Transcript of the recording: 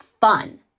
fun